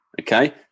Okay